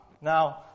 Now